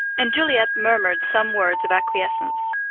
and juliet murmured some words of acquiescence.